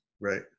Right